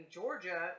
Georgia